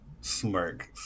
smirk